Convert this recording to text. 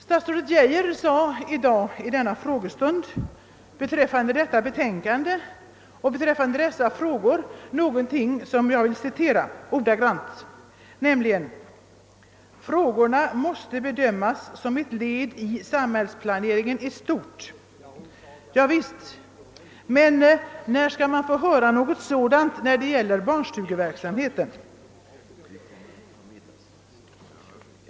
Statsrådet Geijer anförde : då: beträffande de frågor som behandlas i detta betänkande någonting som jag vill citera ordagrant. Han sade: »Frågorna måste. bedömas. som ett led i samhällsplaneringen i stort.» Javisst. När skall man få höra något sådant när det gäller barnstugeverksamheten?